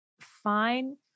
fine